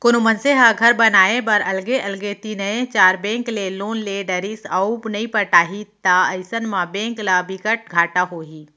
कोनो मनसे ह घर बनाए बर अलगे अलगे तीनए चार बेंक ले लोन ले डरिस अउ नइ पटाही त अइसन म बेंक ल बिकट घाटा होही